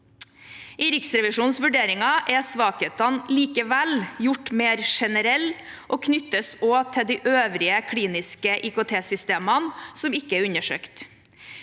I Riksrevisjonens vurderinger er svakhetene likevel gjort mer generelle og knyttes også til de øvrige kliniske IKT-systemene, som ikke er undersøkt.